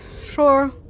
Sure